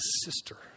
sister